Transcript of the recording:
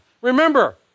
Remember